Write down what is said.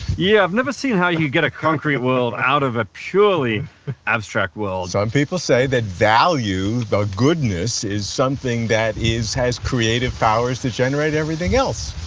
yeah i've never seen how you get a concrete world out of a purely abstract world. some people say that value that goodness, is something that has created powers that generate everything else.